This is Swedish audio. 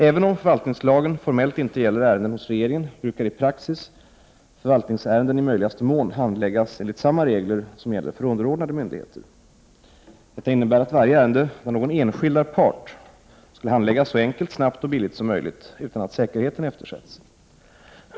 Även om förvaltningslagen formellt inte gäller ärenden hos regeringen brukar i praxis förvaltningsärenden i möjligaste mån handläggas enligt samma regler som gäller för underordnade myndigheter. Detta innebär att varje ärende där någon enskild är part skall handläggas så enkelt, snabbt och billigt som möjligt utan att säkerheten eftersätts.